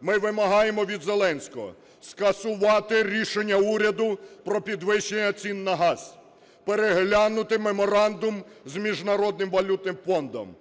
ми вимагаємо від Зеленського скасувати рішення уряду про підвищення цін на газ, переглянути меморандум з Міжнародним валютним фондом,